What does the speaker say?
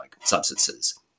substances